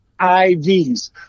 ivs